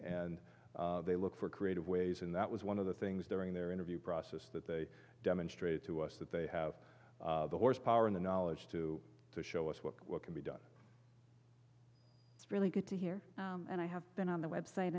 and they look for creative ways in that was one of the things during their interview process that they demonstrated to us that they have the horsepower in the knowledge to show us what can be done it's really good to hear and i have been on the web site